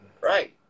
Right